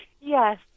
Yes